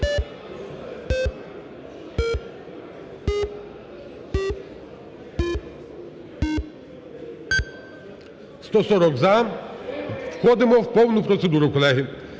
За-140 Входимо в повну процедуру, колеги.